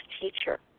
teacher